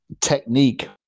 technique